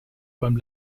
beim